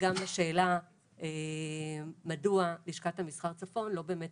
וגם לשאלה מדוע חברות בלשכת המסחר צפון לא באמת